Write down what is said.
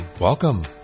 welcome